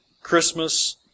Christmas